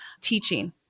teaching